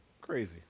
Crazy